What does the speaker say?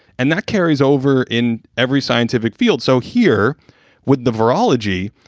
and that carries over in every scientific field. so here with the virology,